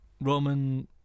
Roman